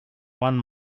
one